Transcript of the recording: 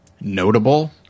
notable